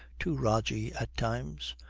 to rogie at times.